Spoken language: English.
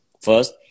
first